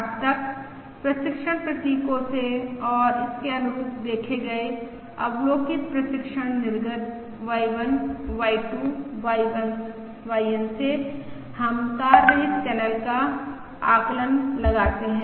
अब तक प्रशिक्षण प्रतीकों से और इसके अनुरुप देखे गए अवलोकित प्रशिक्षण निर्गत Y1 Y2 YN से हम तार रहित चैनल का आकलन लगाते हैं